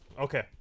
okay